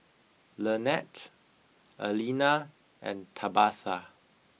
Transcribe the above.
Lanette Alena and Tabatha